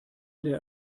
der